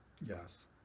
Yes